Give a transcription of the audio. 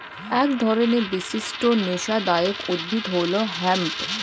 এক ধরনের বিশিষ্ট নেশাদায়ক উদ্ভিদ হল হেম্প